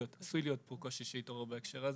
עשוי להיות פה קושי שיתעורר בהקשר הזה.